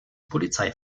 polizei